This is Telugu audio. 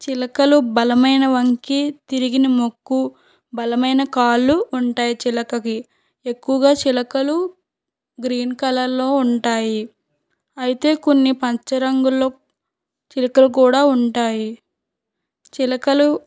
చిలకలు బలమైన వంపు తిరిగిన ముక్కు బలమైన కాళ్ళు ఉంటాయి చిలకకి ఎక్కువగా చిలకలు గ్రీన్ కలర్లో ఉంటాయి అయితే కొన్ని పంచ రంగుల్లో చిలకలు కూడా ఉంటాయి చిలకలు